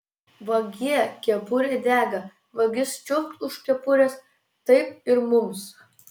vagie kepurė dega vagis čiupt už kepurės taip ir mums